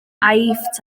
aifft